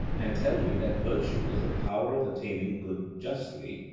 and tell me that virtue is the power of attaining good justly,